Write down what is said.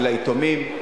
לגבי היתומים,